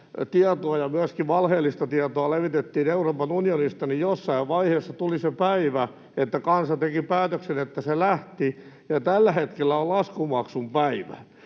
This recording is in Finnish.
myöskin valheellista tietoa, levitettiin Euroopan unionista, niin jossain vaiheessa tuli se päivä, että kansa teki päätöksen, että se lähti, ja tällä hetkellä on laskunmaksun päivä.